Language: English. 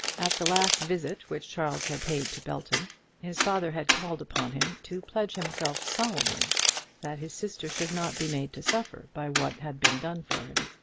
at the last visit which charles had paid to belton his father had called upon him to pledge himself solemnly that his sister should not be made to suffer by what had been done for him.